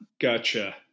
Gotcha